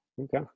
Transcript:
Okay